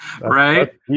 Right